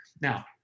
Now